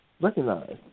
recognize